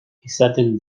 izaten